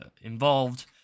involved